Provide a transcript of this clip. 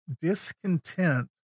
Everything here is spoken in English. discontent